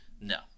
No